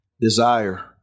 desire